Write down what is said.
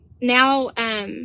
now